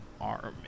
Army